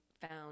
found